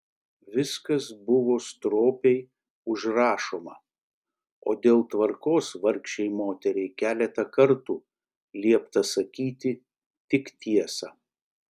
viskas buvo stropiai užrašoma o dėl tvarkos vargšei moteriai keletą kartų liepta sakyti tik tiesą